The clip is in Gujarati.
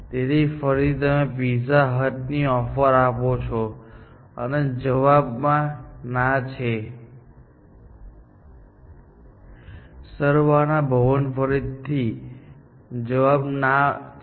તો ફરીથી તમે પિઝા હટ ની ઓફર આપો છો અને જવાબ ના છે સરવાના ભવન ફરીથી જવાબ ના છે